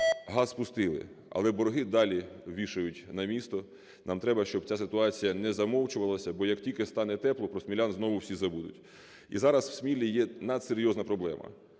Газ пустили, але борги далі вішають на місто. Нам треба, щоб ця ситуація не замовчувалася, бо як тільки стане тепло, про смілян знову всі забудуть. І зараз в Смілі є надсерйозна проблема.